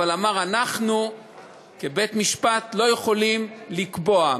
אבל אמר: אנחנו כבית-משפט לא יכולים לקבוע.